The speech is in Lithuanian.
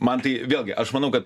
man tai vėlgi aš manau kad